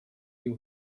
you